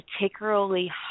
particularly